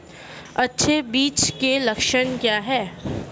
अच्छे बीज के लक्षण क्या हैं?